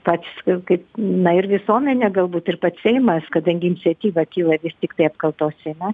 pats kaip na ir visuomenė galbūt ir pats seimas kadangi iniciatyva kyla vis tiktai apkaltos seime